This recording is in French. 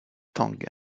tang